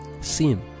sin